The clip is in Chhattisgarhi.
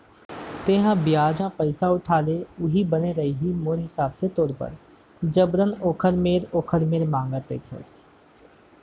तेंहा बियाज म पइसा उठा ले उहीं बने रइही मोर हिसाब ले तोर बर जबरन ओखर मेर ओखर मेर मांगत रहिथस